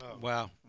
Wow